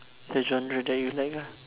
the genre that you like lah